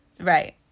Right